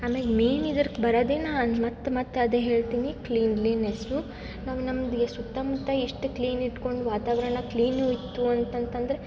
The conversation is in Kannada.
ಆಮೇಗೆ ಮೇನ್ ಇದರಕ್ ಬರದೇ ನಾ ಮತ್ತು ಮತ್ತು ಅದೇ ಹೇಳ್ತೀನಿ ಕ್ಲೀನ್ಲೀನೆಸ್ಸು ನಾವು ನಮ್ದು ಎಷ್ಟು ಸುತ್ತಮುತ್ತ ಎಷ್ಟು ಕ್ಲೀನ್ ಇಟ್ಕೊಂಡು ವಾತಾವರಣ ಕ್ಲೀನು ಇತ್ತು ಅಂತಂತಂದ್ರೆ